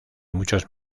muchos